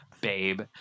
babe